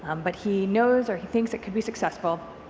um but he knows or he thinks it could be successful,